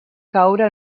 caure